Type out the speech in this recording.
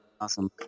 awesome